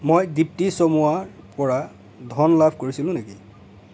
মই দীপ্তি চমুৱাৰ পৰা ধন লাভ কৰিছিলোঁ নেকি